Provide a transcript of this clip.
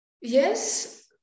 yes